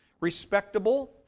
respectable